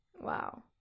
Wow